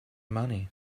money